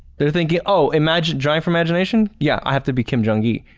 they're thinking oh, imagine drawing from imagination, yeah, i have to be kim jung gi,